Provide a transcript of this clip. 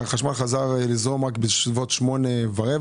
והחשמל חזר לזרום רק בסביבות שמונה ורבע.